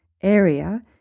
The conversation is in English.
area